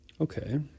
Okay